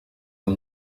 del